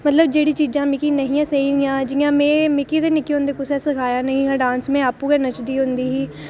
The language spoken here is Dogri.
मतलब जेह्ड़ी चीजां मिकी नेईं ही स्हेई हियां में मिकी ते निक्के होंदे कुसै सखाया नेईं हा डांस में आपूं गै नचदी होंदी ही